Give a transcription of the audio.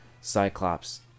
cyclops